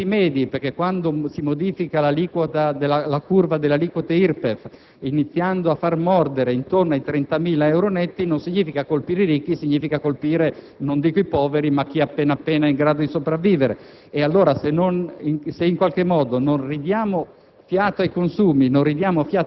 per le imprese, interventi che concernono le famiglie e che colpiscono i ceti medi. Infatti, modificare la curva dell'aliquota IRPEF, iniziando a "mordere" intorno ai 30.000 euro netti, non significa colpire i ricchi; significa colpire non dico i poveri, ma chi è appena in grado di sopravvivere.